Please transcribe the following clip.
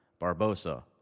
Barbosa